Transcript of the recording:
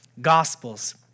Gospels